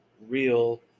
real